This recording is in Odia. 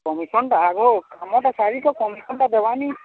ଦେଖନ୍ତୁ ଆଗ କାମଟା ସାରି କରି ଦେବାନି